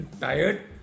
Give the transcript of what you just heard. tired